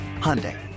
Hyundai